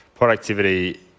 Productivity